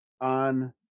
on